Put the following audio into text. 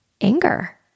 anger